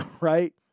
right